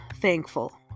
thankful